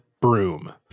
broom